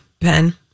Ben